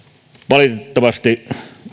valitettavasti